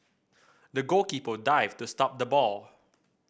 the goalkeeper dived to stop the ball